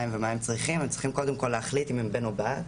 מהם ומה הם צריכים - הם צריכים קודם כל להחליט אם הם בן או בת.